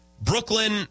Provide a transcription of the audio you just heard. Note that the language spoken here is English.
Brooklyn